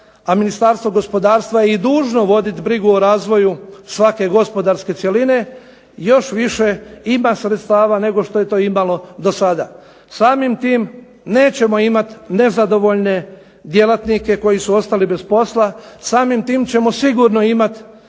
a Ministarstvo gospodarstva je dužno voditi brigu o razvoju svake gospodarske cjeline, još više ima sredstava nego što je to imalo do sada. Samim tim nećemo imati nezadovoljne djelatnike koji su ostali bez posla, samim tim ćemo sigurno imati